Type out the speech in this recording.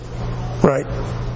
Right